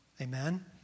Amen